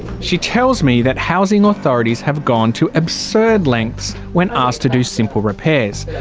she tells me that housing authorities have gone to absurd lengths when asked to do simple repairs.